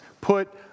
put